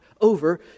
over